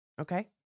Okay